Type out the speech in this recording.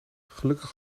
gelukkig